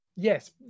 Yes